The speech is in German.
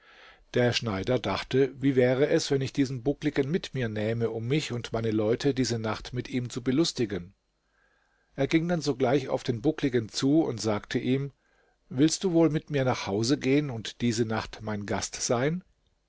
der schneider dachte wie wäre es wenn ich diesen buckligen mit mir nähme um mich und meine leute diese nacht mit ihm zu belustigen er ging dann sogleich auf den buckligen zu und sagte ihm willst du wohl mit mir nach hause gehen und diese nacht mein gast sein